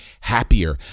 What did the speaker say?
happier